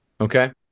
Okay